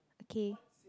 okay